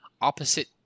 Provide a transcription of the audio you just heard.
opposite